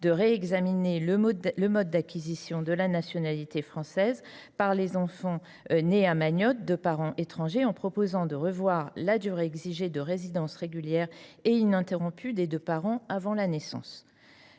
à réexaminer le mode d’acquisition de la nationalité française par les enfants nés à Mayotte de parents étrangers, en envisageant de revoir la durée exigée de résidence régulière et ininterrompue sur place des deux parents, avant la naissance.